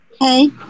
Hey